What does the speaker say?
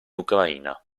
ucraina